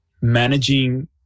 managing